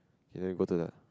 ya you go to the